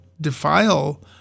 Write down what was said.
defile